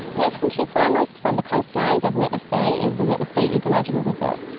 less than two kilometers from the coastlines of witless bay is the witless bay ecological reserve.